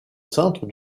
centre